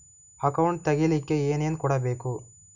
Account ತೆಗಿಲಿಕ್ಕೆ ಏನೇನು ಕೊಡಬೇಕು?